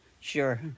Sure